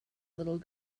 little